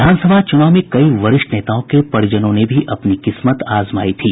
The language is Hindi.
विधानसभा चूनाव में कई वरिष्ठ नेताओं के परिजनों ने भी अपनी किस्मत आजमाई थी